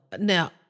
Now